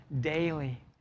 daily